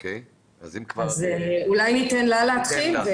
אולי ניתן לה להתחיל?